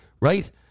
Right